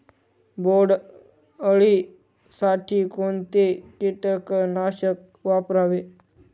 बोंडअळी साठी कोणते किटकनाशक वापरावे?